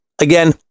again